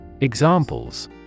Examples